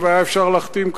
והיה אפשר להחתים,